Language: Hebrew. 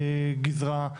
הגזרה,